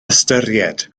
ystyried